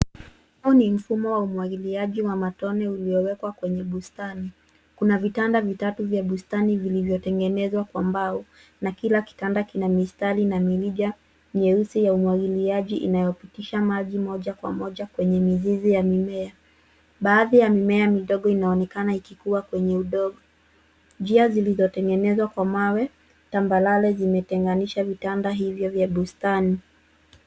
Huu ni mfumo wa umwagiliaji wa matone uliowekwa kwenye bustani. Kuna vitanda vitatu vya bustani vilivyotengenezwa kwa mbao na kila kitanda kina mistari na mirija nyeusi ya umwagiliaji inayopitisha maji moja kwa moja kwenye mizizi ya mimea. Baadhi ya mimea midogo inaonekana ikikuwa kwenye udongo. Njia zilizotengenezwa kwa mawe tambarare zimetenganisha vitanda hivyo vya bustani.